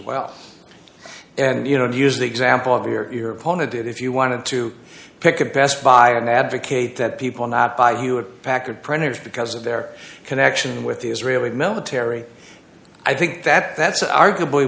well and you know to use the example of your pointed it if you wanted to pick a best buy an advocate that people not buy you a packard printer because of their connection with the israeli military i think that that's arguably